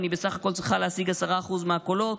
אני בסך הכול צריכה להשיג 10% מהקולות.